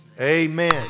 Amen